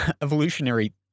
evolutionary